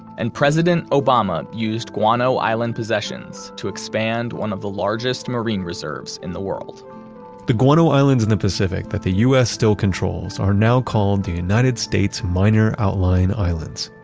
and president obama used guano island possessions to expand one of the largest marine reserves in the world the guano islands in the pacific that the us still control are now called the united states minor outlying islands.